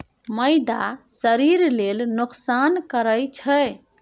मैदा शरीर लेल नोकसान करइ छै